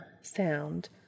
sound